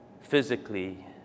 physically